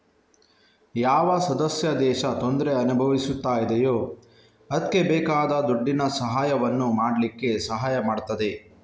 ಯಾವ ಸದಸ್ಯ ದೇಶ ತೊಂದ್ರೆ ಅನುಭವಿಸ್ತಾ ಇದೆಯೋ ಅದ್ಕೆ ಬೇಕಾದ ದುಡ್ಡಿನ ಸಹಾಯವನ್ನು ಮಾಡ್ಲಿಕ್ಕೆ ಸಹಾಯ ಮಾಡ್ತದೆ